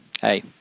hey